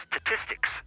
statistics